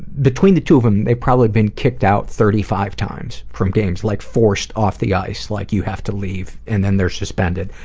between the two of them, they probably have been kicked out thirty five times from games like forced off the ice, like you have to leave and then they're suspended.